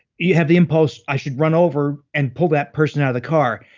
you have the impulse, i should run over and pull that person outta the car.